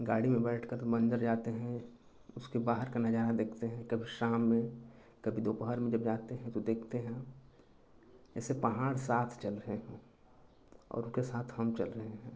गाड़ी में बैठकर तो मन्जर जाते हैं उसके बाहर का नज़ारा देखते हैं कभी शाम में कभी दोपहर में जब जाते हैं तो देखते हैं जैसे पहाड़ साथ चल रहे हों और उसके साथ हम चल रहे हैं